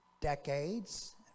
decades